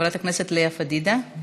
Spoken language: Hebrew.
חברת הכנסת לאה פדידה.